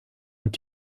und